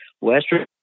western